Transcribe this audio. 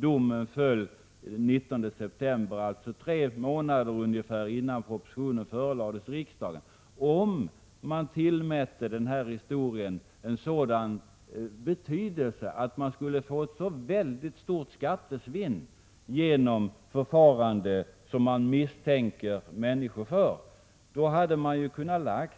Domen föll den 19 september, alltså ungefär tre månader innan propositionen förelades riksdagen. Om man tillmätte den här historien en sådan betydelse och om man utgick ifrån att man skulle få ett så stort skattesvinn på grund av förfaranden som man misstänker människor för, hade man ju kunnat lägga